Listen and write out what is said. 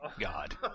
God